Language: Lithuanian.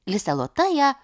lisė lota ją